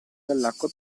dall’acqua